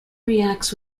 reacts